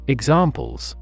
Examples